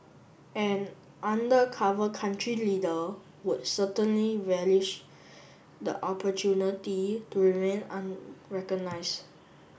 an undercover country leader would certainly relish the opportunity to remain unrecognised